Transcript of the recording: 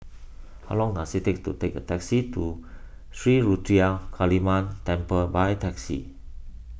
how long does it take to take a taxi to Sri Ruthra Kaliamman Temple by taxi